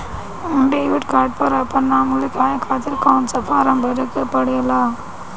Debit card पर आपन नाम लिखाये खातिर कौन सा फारम भरे के पड़ेला?